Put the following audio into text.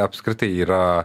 apskritai yra